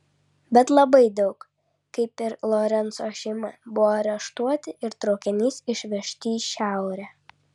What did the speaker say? bet labai daug kaip ir lorenco šeima buvo areštuoti ir traukiniais išvežti į šiaurę